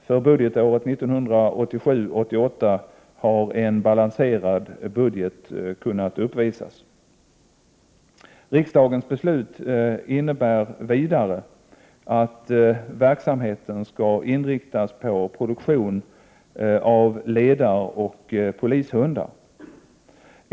För budgetåret 1987/88 har en balanserad budget kunnat uppvisas. Riksdagens beslut innebär vidare att verksamheten skall inriktas på produktion av ledaroch polishundar.